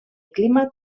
clima